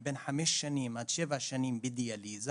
בין חמש שנים עד שבע שנים בדיאליזה